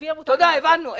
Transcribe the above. נביא --- תודה, הבנו.